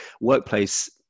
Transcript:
workplace